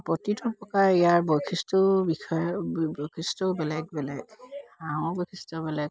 প্ৰতিটো প্ৰকাৰে ইয়াৰ বৈশিষ্ট্যও বিষয়ে বৈশিষ্ট্যও বেলেগ বেলেগ হাঁহৰ বৈশিষ্ট্যও বেলেগ